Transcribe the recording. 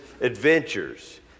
adventures